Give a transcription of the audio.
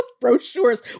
Brochures